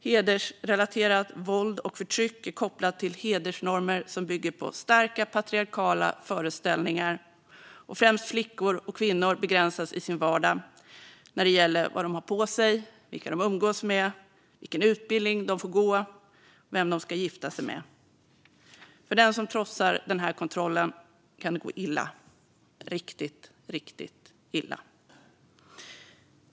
Hedersrelaterat våld och förtryck är kopplat till hedersnormer som bygger på starka patriarkala föreställningar. Främst flickor och kvinnor begränsas i sin vardag när det gäller vad de har på sig, vilka de umgås med, vilken utbildning de får gå och vem de ska gifta sig med. För den som trotsar den här kontrollen kan det gå illa - riktigt, riktigt illa.